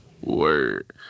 Word